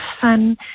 fun